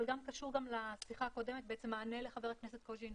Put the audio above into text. אבל קשור גם לפתיחה הקודמת וכמענה לחבר הכנסת קוז'ינוב.